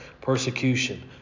persecution